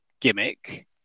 gimmick